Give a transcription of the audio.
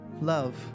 love